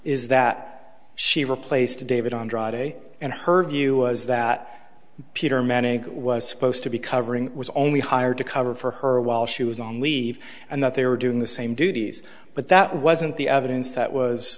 is that she replaced david on dry day and her view was that peter manik was supposed to be covering was only hired to cover for her while she was on leave and that they were doing the same duties but that wasn't the evidence that was